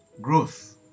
growth